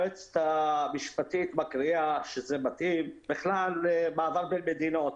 היועצת המשפטית מקריאה שזה מתאים בכלל למעבר בין מדינות.